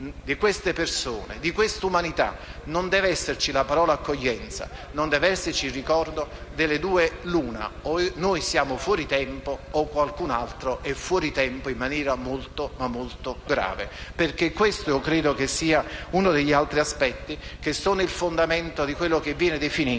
di queste persone, di questa umanità, non deve esserci la parola «accoglienza» e non deve esserci il ricordo, delle due l'una: o noi siamo fuori tempo o qualcun altro è fuori tempo in maniera molto, ma molto grave. Credo questo sia uno degli altri aspetti che rappresenta il fondamento di quello che viene definito